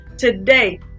Today